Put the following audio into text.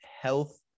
health